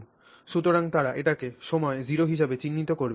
সুতরাং তারা এটিকে সময় 0 হিসাবে চিহ্নিত করবে